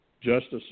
justice